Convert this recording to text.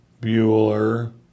Bueller